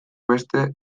beste